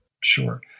Sure